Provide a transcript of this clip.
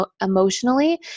emotionally